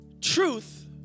truth